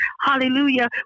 hallelujah